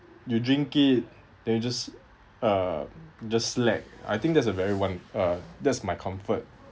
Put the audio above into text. you drink it they're just uh just slack I think there's a very one uh that's my comfort